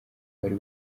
wari